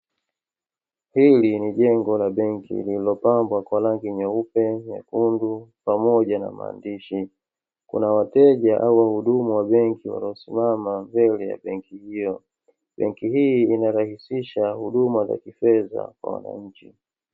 Hili ni jengo la benki iliyobakwa rangi nyeupe, nyekundu pamoja na maandishi, kuna wateja au wahudumu wa benki waliosimama mbele ya benki hiyo, benki hii inarahisisha huduma za kifedha kwa wananchi.